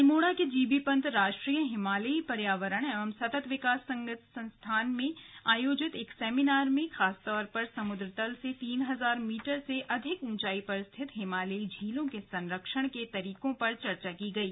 अल्मोड़ा के जीबी पंत राष्ट्रीय हिमालयी पर्यावरण एवं सतत विकास संस्थान में आयोजित एक सेमिनार में खासतौर पर समुद्र तल से तीन हजार मीटर से अधिक ऊंचाई पर स्थित हिमालयी झीलों के संरक्षण के तरीकों पर चर्चा की गयी